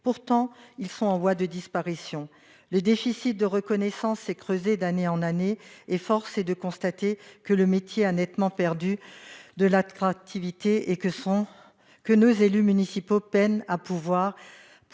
Pourtant, ils sont en voie de disparition. Le déficit de reconnaissance s'est creusé d'année en année, et force est de constater que le métier a nettement perdu en attractivité et que nos élus municipaux peinent à pourvoir